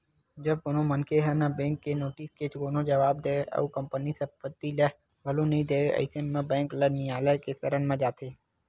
जब कोनो मनखे ह ना ही बेंक के नोटिस के कोनो जवाब देवय अउ अपन संपत्ति ल घलो नइ देवय अइसन म बेंक ल नियालय के सरन म जाथे